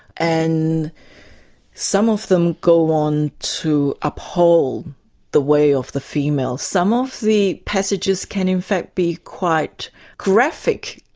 and some of them go on to uphold the way of the female. some of the passages can in fact be quite graphic,